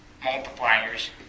multipliers